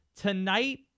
tonight